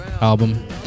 album